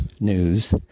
news